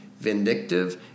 vindictive